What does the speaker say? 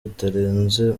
bitarenze